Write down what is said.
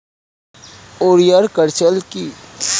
ওলেরিয়া কালচার কি?